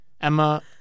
Emma